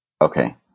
Okay